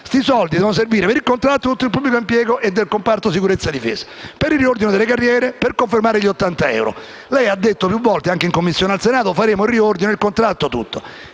Questi soldi devono servire per il contratto di tutto il pubblico impiego e del comparto sicurezza e difesa, per il riordino delle carriere e per confermare gli 80 euro. Lei ha detto più volte, anche in commissione al Senato, che farete il riordino del contratto e tutto